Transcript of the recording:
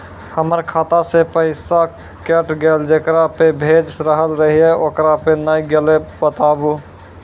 हमर खाता से पैसा कैट गेल जेकरा पे भेज रहल रहियै ओकरा पे नैय गेलै बताबू?